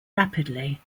rapidly